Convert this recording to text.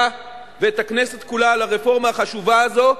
ואת הכנסת כולה על הרפורמה החשובה הזאת.